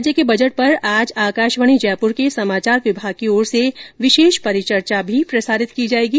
राज्य के बजट पर आज आकाशवाणी जयपुर के समाचार विभाग की ओर से विशेष परिचर्चा भी प्रसारित की जाएगी